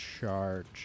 charge